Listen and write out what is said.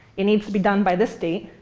it needs to be done by this date,